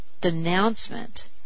denouncement